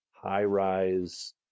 high-rise